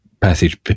passage